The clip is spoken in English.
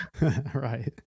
Right